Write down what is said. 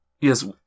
yes